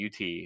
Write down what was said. UT